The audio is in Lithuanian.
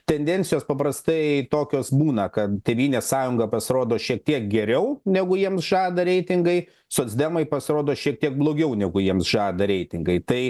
tendencijos paprastai tokios būna kad tėvynės sąjunga pasirodo šiek tiek geriau negu jiems žada reitingai socdemai pasirodo šiek tiek blogiau negu jiems žada reitingai tai